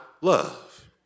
love